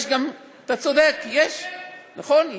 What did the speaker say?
אתה צודק, נכון.